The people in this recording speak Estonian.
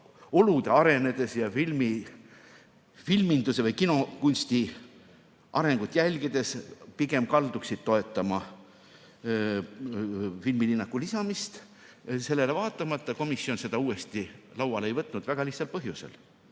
olude arenedes ja filminduse või kinokunsti arengut jälgides nad pigem kalduksid filmilinnaku lisamist toetama. Sellele vaatamata komisjon seda uuesti lauale ei võtnud. Väga lihtsal põhjusel: